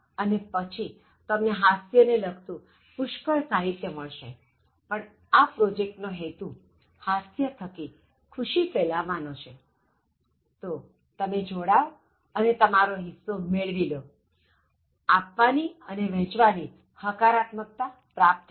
અને પછી તમને હાસ્ય ને લગતું પુષ્કળ સાહિત્ય મળશેપણ આ પ્રોજેક્ટ નો હેતુ હાસ્ય થકી ખુશી ફેલાવવાનો છે તો તમે જોડાવ અને તમારો હિસ્સો મેળવી લોઅને આપવાની અને વહેંચવાની હકારાત્મકતા પ્રાપ્ત કરો